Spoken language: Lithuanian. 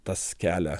tas kelia